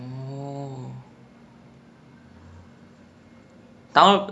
ya so like அந்த மாரிதா போய்ட்டு இருந்துச்சு:antha maarithaa poyittu irunthuchu secondary school then when I got the iPad I